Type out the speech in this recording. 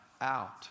out